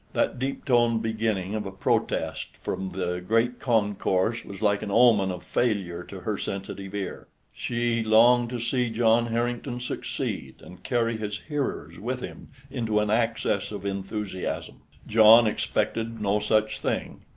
that deep-toned beginning of a protest from the great concourse was like an omen of failure to her sensitive ear. she longed to see john harrington succeed and carry his hearers with him into an access of enthusiasm. john expected no such thing.